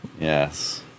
Yes